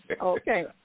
okay